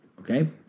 Okay